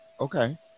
Okay